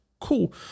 Cool